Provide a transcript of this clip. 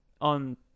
on